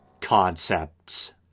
concepts